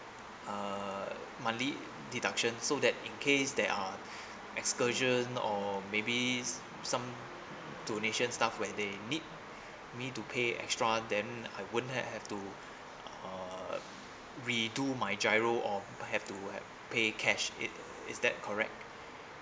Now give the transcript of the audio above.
uh monthly deduction so that in case there are excursion or maybe some donations stuff where they need me to pay extra then I won't had have to uh redo my giro or I have to pay cash it is that correct